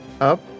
up